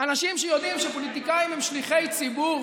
אנשים שיודעים שפוליטיקאים הם שליחי ציבור,